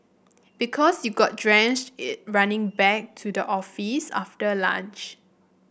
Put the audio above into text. because you got drenched it running back to the office after lunch